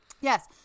Yes